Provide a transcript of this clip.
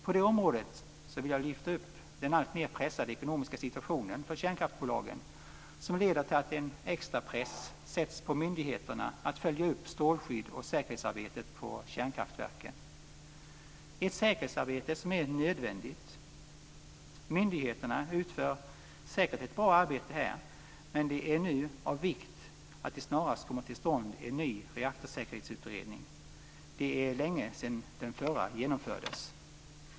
På det området vill jag lyfta upp den alltmer pressade ekonomiska situationen för kärnkraftsbolagen som leder till att en extra press sätts på myndigheterna att följa upp strålskydds och säkerhetsarbetet på kärnkraftverken. Det är ett säkerhetsarbete som är nödvändigt. Myndigheterna utför säkert ett bra arbete här, men det är nu av vikt att det snarast kommer till stånd en ny reaktorsäkerhetsutredning. Det är länge sedan den förra genomfördes.